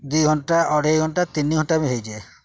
ଦୁଇ ଘଣ୍ଟା ଅଢ଼େଇ ଘଣ୍ଟା ତିନି ଘଣ୍ଟା ବି ହୋଇଯାଏ